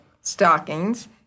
stockings